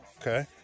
okay